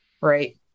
right